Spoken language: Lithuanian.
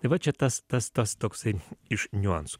tai va čia tas tas tas toksai iš niuansų